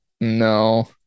No